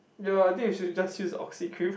ya I think you should just use oxy-cream